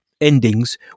endings